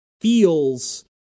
feels